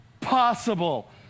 possible